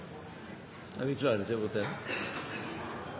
er vi klare til å